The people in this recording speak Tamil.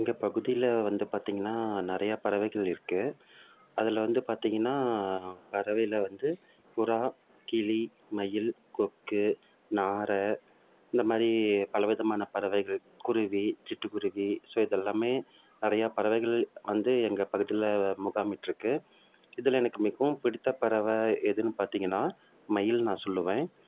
எங்கள் பகுதியில் வந்து பார்த்திங்கனா நிறையா பறவைகள் இருக்குது அதில் வந்து பார்த்திங்கனா பறவையில் வந்து புறா கிளி மயில் கொக்கு நாரை இந்த மாதிரி பல விதமான பறவைகள் குருவி சிட்டு குருவி ஸோ இதெல்லாமே நிறையா பறவைகள் வந்து எங்கள் பகுதியில் முகாம் விட்டுருக்கு இதில் எனக்கு மிகவும் பிடித்த பறவை எதுன்னு பார்த்திங்கினா மயில்னு நான் சொல்லுவேன்